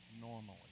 normally